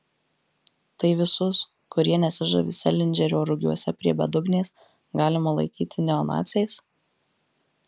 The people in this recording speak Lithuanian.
tai visus kurie nesižavi selindžerio rugiuose prie bedugnės galima laikyti neonaciais